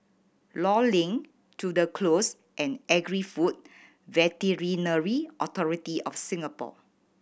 Law Link Tudor Close and Agri Food Veterinary Authority of Singapore